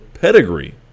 pedigree